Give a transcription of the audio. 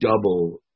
double